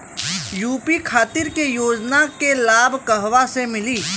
UP खातिर के योजना के लाभ कहवा से मिली?